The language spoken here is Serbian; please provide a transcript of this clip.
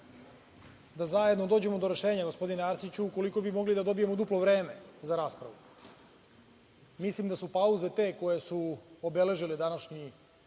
da zajedno dođemo do rešenja, gospodine Arsiću, ukoliko bi mogli da dobijemo duplo vreme za raspravu. Mislim da su pauze te koje su obeležile današnji